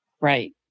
Right